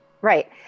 right